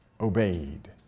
obeyed